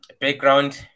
background